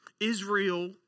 Israel